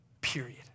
period